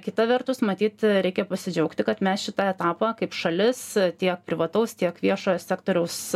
kita vertus matyt reikia pasidžiaugti kad mes šitą etapą kaip šalis tiek privataus tiek viešojo sektoriaus